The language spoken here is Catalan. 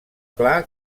clar